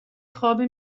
خوابه